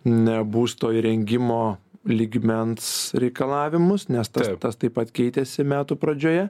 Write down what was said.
na būsto įrengimo lygmens reikalavimus nes tas tas taip pat keitėsi metų pradžioje